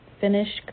finish